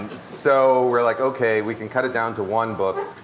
so we're like, ok we can cut it down to one book.